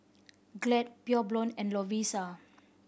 Glad Pure Blonde and Lovisa